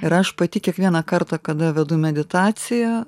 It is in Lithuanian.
ir aš pati kiekvieną kartą kada vedu meditaciją